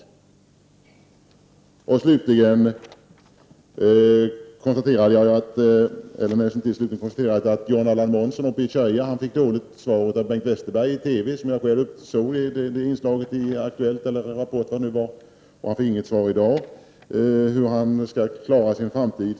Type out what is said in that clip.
John-Allan Månsson i Köja fick ett dåligt svar av Bengt Westerberg i TV, och han får inget svar i dag på frågan hur han skall klara sin framtid.